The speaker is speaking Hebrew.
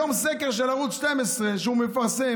היום, בסקר של ערוץ 12 שהוא מפרסם,